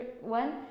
one